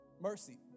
Mercy